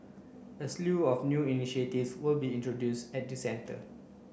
a slew of new will be introduced at the centre